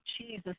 Jesus